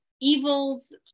evils